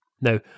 Now